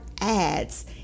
ads